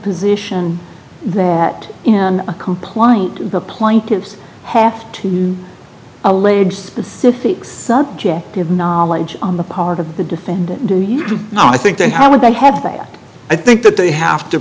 position that in a compliant the plaintiffs have to alleged specific subject give knowledge on the part of the defendant do you know i think then how would they have that i think that they have to